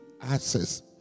Access